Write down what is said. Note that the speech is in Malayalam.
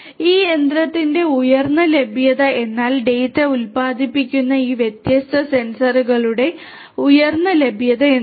ഈ യന്ത്രത്തിന്റെ ഉയർന്ന ലഭ്യത എന്നാൽ ഡാറ്റ ഉത്പാദിപ്പിക്കുന്ന ഈ വ്യത്യസ്ത സെൻസറുകളുടെ ഉയർന്ന ലഭ്യത എന്നാണ്